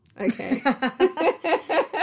Okay